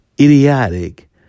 idiotic